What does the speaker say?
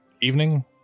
evening